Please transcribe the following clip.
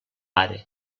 pare